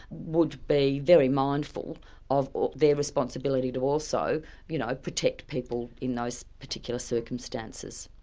would be very mindful of their responsibility to also you know ah protect people in those particular circumstances.